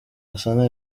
gasana